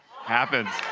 happens.